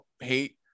hate